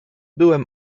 byłem